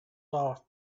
off